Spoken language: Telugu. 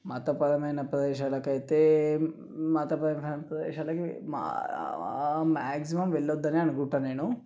మతపరమైన ప్రదేశాలకైతే మతపరమైన ప్రదేశాలకి మ్యాగ్జిమం వెళ్ళద్దనే అనుకుంటా నేను